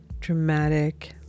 dramatic